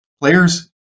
players